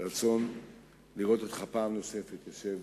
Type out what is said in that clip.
רצון לראות אותך פעם נוספת יושב